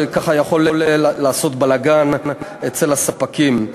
שככה יכול לעשות בלגן אצל הספקים.